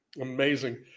amazing